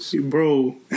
bro